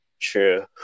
True